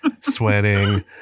sweating